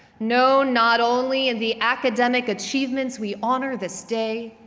no not only in the academic achievements we honor this day,